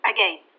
Again